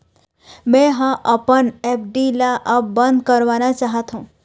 मै ह अपन एफ.डी ला अब बंद करवाना चाहथों